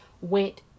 went